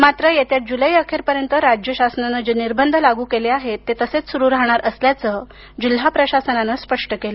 मात्र येत्या जूलैअखेर पर्यंत राज्य शासनानं जे निर्बंध लागू केले आहेत ते तसेच सुरु राहणार असल्याचं जिल्हा प्रशासनानं स्पष्ट केलं